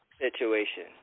situation